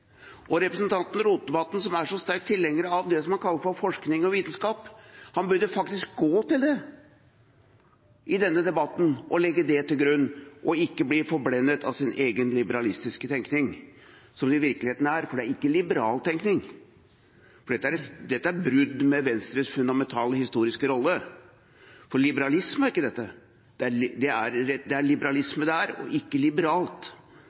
demonstrert. Representanten Rotevatn som er så sterk tilhenger av det han kaller forskning og vitenskap, burde faktisk gå til det og legge det til grunn i denne debatten og ikke bli forblindet av sin egen liberalistiske tenkning, som det i virkeligheten er, for det er ikke liberal tenkning. Dette er brudd med Venstres fundamentale historiske rolle. Dette er liberalisme, ikke liberalt, slik som Rotevatn prøver å kalle det og prøver å dekke sin argumentasjon med. Det er uriktig, og derfor hadde jeg lyst til å si dette. Det er